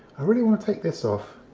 i really want to take this off,